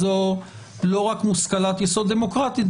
זו לא רק מושכלת יסוד דמוקרטית,